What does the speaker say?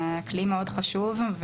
זה כלי מאוד חשוב,